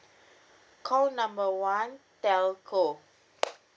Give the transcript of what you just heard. call number one telco